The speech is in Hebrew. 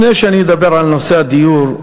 לפני שאני אדבר על נושא הדיור,